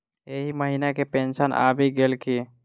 एहि महीना केँ पेंशन आबि गेल की